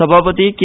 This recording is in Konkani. सभापती के